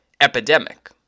epidemic